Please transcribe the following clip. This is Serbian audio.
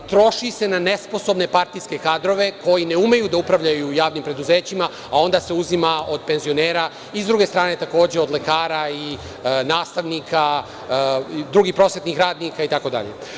Troši se na nesposobne partijske kadrove koji ne umeju da upravljaju javnim preduzećima, a onda se uzima od penzionera, lekara, nastavnika, drugih prosvetnih radnika itd.